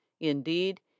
Indeed